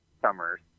summers